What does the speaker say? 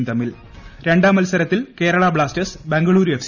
യും തമ്മിൽ രണ്ടാം മത്സരത്തിൽ കേരള ബ്ലാസ്റ്റേഴ്സ് ബംഗളൂരു എഫ്